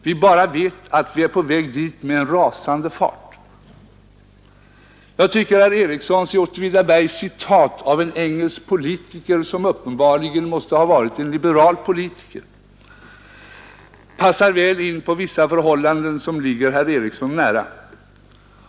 Vi bara vet att vi är på väg dit med en rasande fart.” Jag tycker att herr Ericssons i Åtvidaberg citat av en engelsk politiker, som uppenbarligen måste ha varit en liberal politiker, passar väl in på vissa förhållanden som ligger herr Ericsson nära.